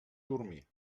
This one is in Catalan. dormir